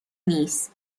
نیست